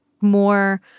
more